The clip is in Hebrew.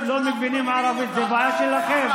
זה שאתם לא מבינים ערבית זה בעיה שלכם.